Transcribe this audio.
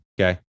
Okay